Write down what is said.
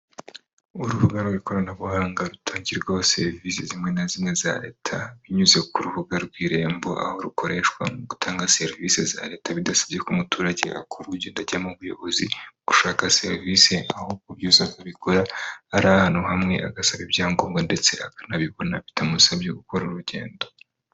Urubuga rw'ikoranabuhanga rutangirwaho serivisi zimwe na zimwe za leta, binyuze ku rubuga rw'irembo, aho rukoreshwa mu gutanga serivisi za leta bidasabye ko umuturage akura urugendo ajya mu buyobozi gushaka serivisi, aho byose abikora ari ahantu hamwe agasaba ibyangombwa, ndetse akanabibona bitamusabye gukora urugendo.